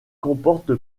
comporte